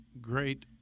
great